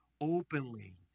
openly